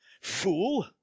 Fool